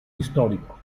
histórico